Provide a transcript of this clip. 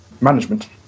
management